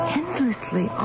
endlessly